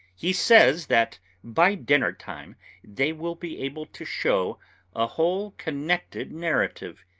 he says that by dinner-time they will be able to show a whole connected narrative.